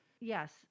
Yes